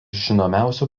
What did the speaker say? žinomiausių